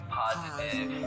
positive